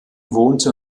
wohnte